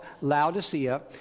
Laodicea